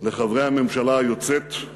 לחברי הממשלה היוצאת.